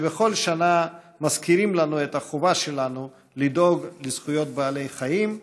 שבכל שנה מזכירים לנו את החובה שלנו לדאוג לזכויות בעלי החיים.